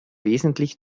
wesentlich